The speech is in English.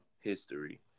history